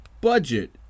budget